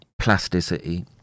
plasticity